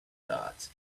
thought